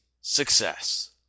success